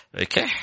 Okay